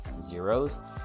zeros